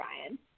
Ryan